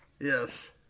Yes